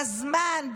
בזמן,